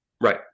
Right